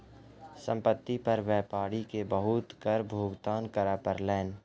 संपत्ति पर व्यापारी के बहुत कर भुगतान करअ पड़लैन